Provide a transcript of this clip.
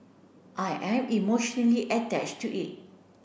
I am emotionally attached to it